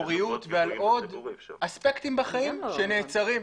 פוריות ועל עוד אספקטים בחיים שנעצרים.